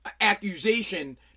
accusation